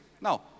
Now